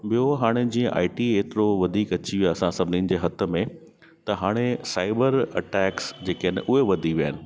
ॿियों हाणे जीअं आईटी हेतिरो वधीक अची वियो असां सभिनीनि जे हथ में त हाणे साइबर अटैक्स जेके आहिनि उहे वधी विया आहिनि